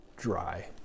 dry